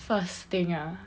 first thing ah